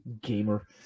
Gamer